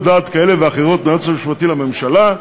דעת כאלה ואחרות מהיועץ המשפטי לממשלה,